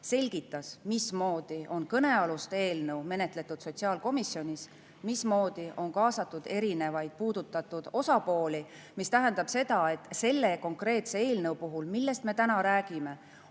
selgitanud, mismoodi on kõnealust eelnõu menetletud sotsiaalkomisjonis, mismoodi on kaasatud erinevaid puudutatud osapooli. See tähendab seda, et selle konkreetse eelnõu puhul, millest me täna räägime,